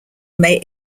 may